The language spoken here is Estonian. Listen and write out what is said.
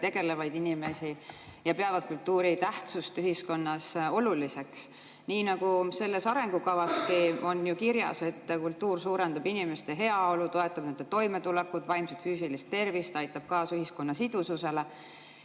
tegelevaid inimesi ja peavad kultuuri tähtsust ühiskonnas oluliseks. Nii nagu selles arengukavaski on kirjas, kultuur suurendab inimeste heaolu, toetab nende toimetulekut, vaimset ja füüsilist tervist, aitab kaasa ühiskonna sidususele